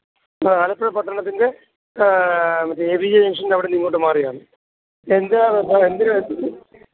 ആലപ്പുഴ പട്ടണത്തിന്റെ J B ജംഗ്ഷന്റവിടെന്ന് ഇങ്ങോട്ട് മാറിയാണ് എന്തിനാണ് സാര് എന്തിനായിരുന്നു